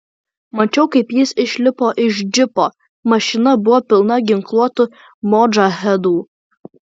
mačiau kaip jis išlipo iš džipo mašina buvo pilna ginkluotų modžahedų